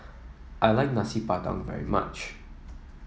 I like Nasi Padang very much